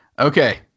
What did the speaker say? Okay